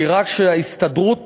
שהראה שכשההסתדרות